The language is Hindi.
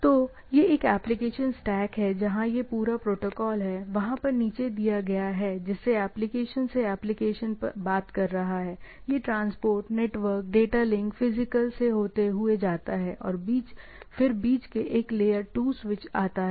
तो यह एक एप्लीकेशन स्टैक है जहां यह पूरा प्रोटोकॉल है वहां पर नीचे दिया गया है जिससे एप्लिकेशन से एप्लिकेशन बात कर रहा है यह transport network data link physical से होते हुए जाता है और फिर बीच एक लेयर 2 स्विच आता है